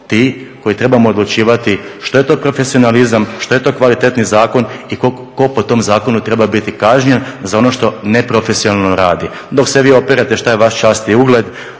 ti koji trebamo odlučivati što je to profesionalizam, što je to kvalitetni zakon i tko po tom zakonu treba biti kažnjen za ono što neprofesionalno radi. Dok se vi opirete šta je vaša čast i ugled,